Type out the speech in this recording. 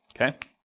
Okay